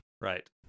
Right